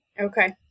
Okay